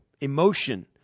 emotion